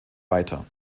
weiter